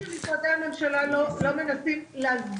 אני לא חושבת שמשרדי הממשלה לא מנסים להסביר,